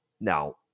Now